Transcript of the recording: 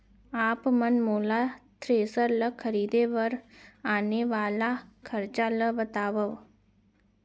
आप मन मोला थ्रेसर ल खरीदे बर आने वाला खरचा ल बतावव?